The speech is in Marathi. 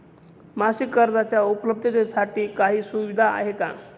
मासिक कर्जाच्या उपलब्धतेसाठी काही सुविधा आहे का?